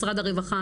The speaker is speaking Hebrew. משרד הרווחה,